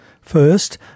First